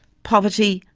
poverty,